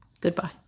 goodbye